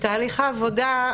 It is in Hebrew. בתהליך העבודה,